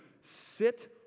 sit